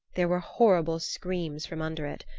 there were horrible screams from under it.